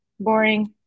Boring